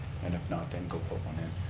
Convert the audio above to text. and if not, then go put one in.